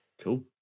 Cool